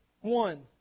One